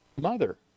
mother